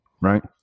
right